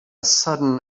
sudden